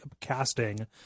casting